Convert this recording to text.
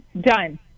done